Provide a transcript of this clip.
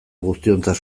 guztiontzat